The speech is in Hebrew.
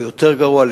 או יותר גרוע,